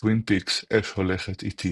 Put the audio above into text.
טווין פיקס אש הולכת איתי